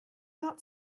not